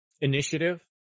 initiative